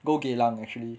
go geylang actually